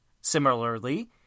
Similarly